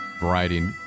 variety